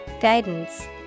guidance